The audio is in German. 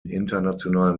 internationalen